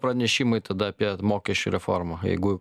pranešimai tada apie mokesčių reformą jeigu